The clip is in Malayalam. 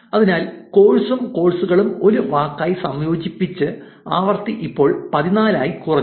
അതിനാൽ കോഴ്സും കോഴ്സുകളും ഒരു വാക്കായി സംയോജിപ്പിച്ച് ആവൃത്തി ഇപ്പോൾ പതിനാലു ആയി കുറഞ്ഞു